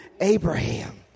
Abraham